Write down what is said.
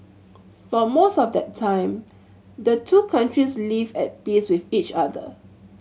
for most of that time the two countries lived at peace with each other